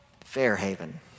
Fairhaven